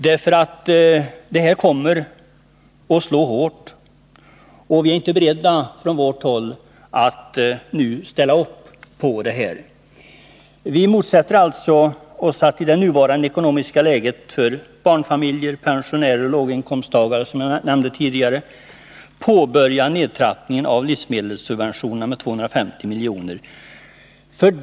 Det här kommer att slå hårt, och på vårt håll är vi inte beredda att ställa upp på detta. Med hänsyn till barnfamiljer, pensionärer och låginkomsttagare motsätter vi oss, som sagt, att man i det nuvarande ekonomiska läget påbörjar nedtrappningen av livsmedelssubventionerna med 250 milj.kr.